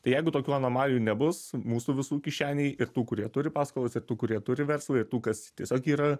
tai jeigu tokių anomalijų nebus mūsų visų kišenėj ir tų kurie turi paskolas ir tų kurie turi verslą ir tų kas tiesiog yra